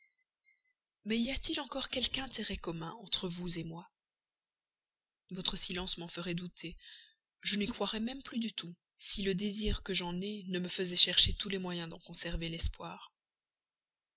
mais y a-t-il encore quelque intérêt commun entre vous moi votre silence m'en ferait douter je n'y croirais même plus du tout si le désir que j'en ai ne m'avait fait chercher tous les moyens d'en conserver l'espoir